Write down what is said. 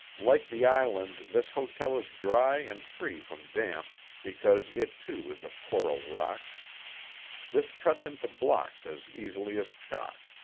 like the island this hotel is dry and free from damp because it too is of coral rock this cuts into blocks as easily as chalk,